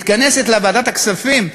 מתכנסת לה ועדת הכספים,